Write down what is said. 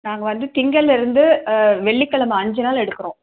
நாங்கள் வந்து திங்கள்லிருந்து வெள்ளிக்கெழமை அஞ்சு நாள் எடுக்கிறோம்